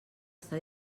està